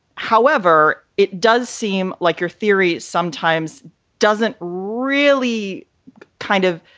however, it does seem like your theory sometimes doesn't really kind of.